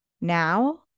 now